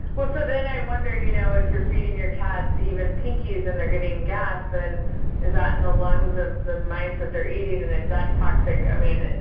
well, so then i wonder, you know, if you're feeding your cats even pinkies and they're getting gassed, then is that in the lungs of the mice that they're eating and is that toxic? i mean,